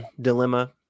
dilemma